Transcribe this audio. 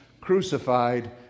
crucified